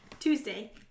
Tuesday